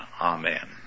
amen